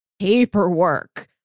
paperwork